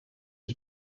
his